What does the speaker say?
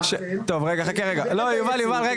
חכה רגע יובל.